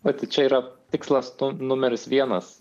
vat čia yra tikslas to numeris vienas